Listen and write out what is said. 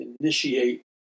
initiate